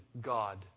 God